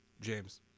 James